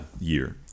year